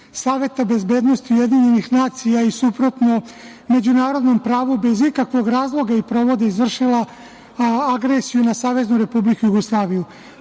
Saveta bezbednosti UN i suprotno međunarodnom pravu bez ikakvog razloga i prava izvršila agresiju na Saveznu Republiku Jugoslaviju.